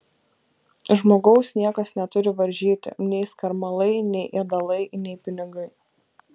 žmogaus niekas neturi varžyti nei skarmalai nei ėdalai nei pinigai